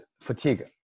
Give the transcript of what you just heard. fatigue